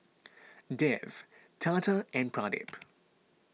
Dev Tata and Pradip